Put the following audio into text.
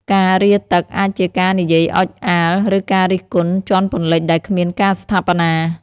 ការ «រាទឹក» អាចជាការនិយាយអុជអាល ឬការរិះគន់ជាន់ពន្លិចដែលគ្មានការស្ថាបនា។